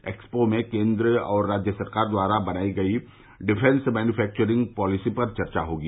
expo में केन्द्र और राज्य सरकार द्वारा बनाई गई डिफेंस मैन्यूफैक्वरिंग पालिसी पर चर्चा होगी